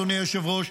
אדוני היושב-ראש,